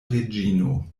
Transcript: reĝino